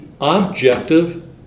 objective